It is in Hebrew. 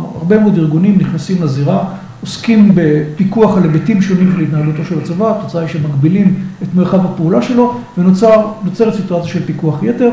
הרבה מאוד ארגונים נכנסים לזירה, עוסקים בפיקוח על היבטים שונים של התנהלותו של הצבא, התוצאה היא שמגבילים את מרחב הפעולה שלו, ונוצרת סיטואציה של פיקוח יתר.